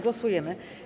Głosujemy.